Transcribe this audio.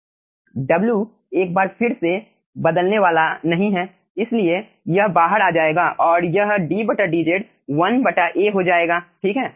W एक बार फिर से बदलने वाला नहीं है इसलिए यह बाहर आ जाएगा और यह ddz 1 A हो जाएगा ठीक है